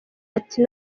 ati